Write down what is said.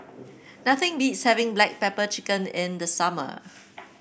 nothing beats having Black Pepper Chicken in the summer